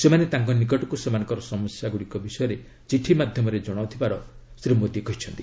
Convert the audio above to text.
ସେମାନେ ତାଙ୍କ ନିକଟକୁ ସେମାନଙ୍କର ସମସ୍ୟା ବିଷୟରେ ଚିଠି ମାଧ୍ୟମରେ ଜଣାଉଥିବାର ପ୍ରଧାନମନ୍ତ୍ରୀ କହିଛନ୍ତି